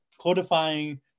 codifying